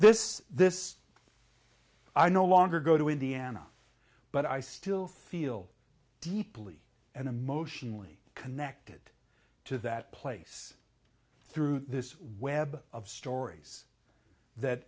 this this i no longer go to indiana but i still feel deeply and emotionally connected to that place through this web of stories that